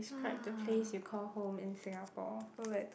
describe the place you call home in Singapore